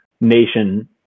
nation